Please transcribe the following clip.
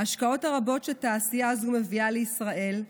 ההשקעות הרבות שתעשייה זו מביאה לישראל,